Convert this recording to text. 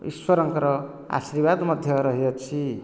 ଇଶ୍ଵରଙ୍କର ଆଶୀର୍ବାଦ ମଧ୍ୟ ରହିଅଛି